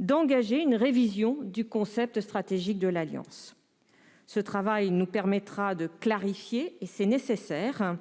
d'engager une révision du concept stratégique de l'Alliance. Ce travail nous permettra de clarifier celui-ci, et c'est nécessaire,